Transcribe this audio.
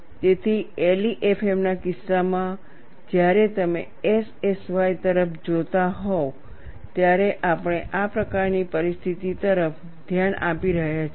તેથી LEFM ના કિસ્સામાં જ્યારે તમે SSY તરફ જોતા હોવ ત્યારે આપણે આ પ્રકારની પરિસ્થિતિ તરફ ધ્યાન આપી રહ્યા છીએ